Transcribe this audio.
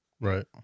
Right